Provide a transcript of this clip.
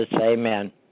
amen